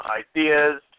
ideas